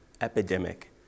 epidemic